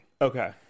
Okay